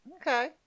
Okay